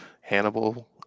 hannibal